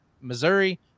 Missouri